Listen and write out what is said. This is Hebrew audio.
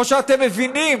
או שאתם מבינים,